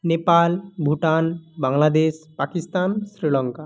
Nepal Bhutan Bangladesh Pakistan Sri Lanka